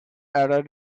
error